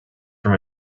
from